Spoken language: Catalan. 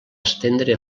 estendre